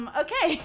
okay